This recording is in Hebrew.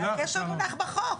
לך ------ אבל הקשר מונח בחוק.